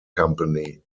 company